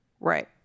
Right